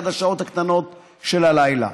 עד השעות הקטנות של הלילה.